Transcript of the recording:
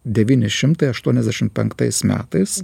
devyni šimtai aštuoniasdešim penktais metais